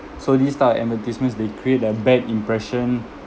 so this type of advertisements they create a bad impression